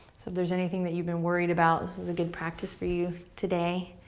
so if there's anything that you've been worried about, this is a good practice for you today.